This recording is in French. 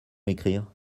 écrire